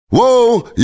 Whoa